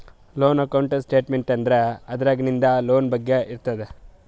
loan account statement ಅಂದುರ್ ಅದ್ರಾಗ್ ನಿಂದ್ ಲೋನ್ ಬಗ್ಗೆ ಇರ್ತುದ್